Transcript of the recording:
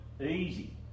Easy